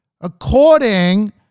According